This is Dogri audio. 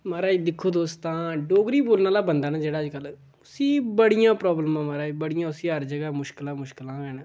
महाराज दिक्खो तुस तां डोगरी बोलने आह्ला बंदा ना जेह्ड़ा अज्जकल उसी बड़ियां प्राब्लमां महाराज बड़ियां उसी हर जगह मुश्कलां मुश्कलां गै न